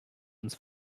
uns